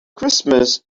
christmas